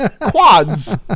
Quads